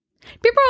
People